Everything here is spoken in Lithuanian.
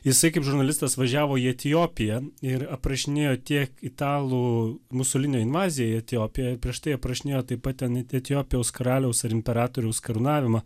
jisai kaip žurnalistas važiavo į etiopiją ir aprašinėjo tiek italų musolinio invaziją į etiopiją prieš tai aprašinėjo taip pat ten etiopijos karaliaus ar imperatoriaus karūnavimą